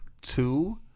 two